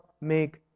make